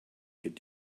could